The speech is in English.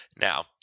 Now